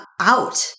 out